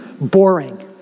boring